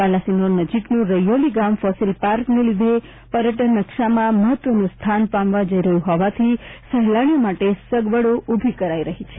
બાલાસિનોર નજીકનું રૈયોલી ગામ ફોસિલ પાર્કને લીધે પર્યટન નકશામાં મહત્વનું સ્થાન પામવા જઇ રહ્યું હોવાથી સહેલાણીઓ માટે સગવડ ઊભી કરાઈ રહી છે